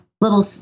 little